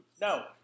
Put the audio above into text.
no